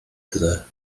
tyle